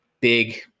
big